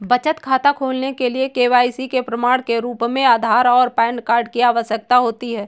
बचत खाता खोलने के लिए के.वाई.सी के प्रमाण के रूप में आधार और पैन कार्ड की आवश्यकता होती है